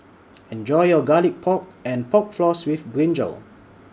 Enjoy your Garlic Pork and Pork Floss with Brinjal